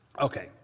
Okay